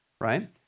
right